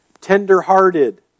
tender-hearted